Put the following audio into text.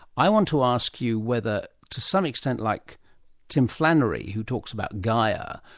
i want to ask you whether, to some extent like tim flannery who talks about gaia,